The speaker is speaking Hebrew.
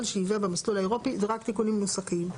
שייבא במסלול האירופי"; זה רק תיקונים נוסחיים.